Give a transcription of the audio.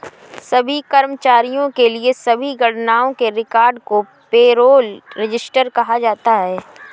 सभी कर्मचारियों के लिए सभी गणनाओं के रिकॉर्ड को पेरोल रजिस्टर कहा जाता है